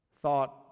thought